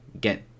get